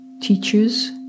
teachers